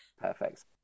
Perfect